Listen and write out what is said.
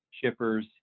shippers